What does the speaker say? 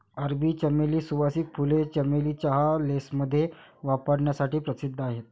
अरबी चमेली, सुवासिक फुले, चमेली चहा, लेसमध्ये वापरण्यासाठी प्रसिद्ध आहेत